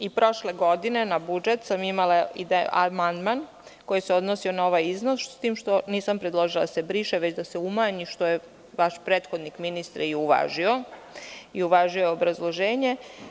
I prošle godine na budžet sam imala amandman koji se odnosi na ovaj iznos, s tim što nisam predložila da se briše, već da se umanji, što je vaš prethodnik, ministre, i uvažio, kao i obrazloženje.